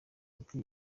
ati